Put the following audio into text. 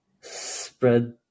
spread